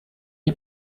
you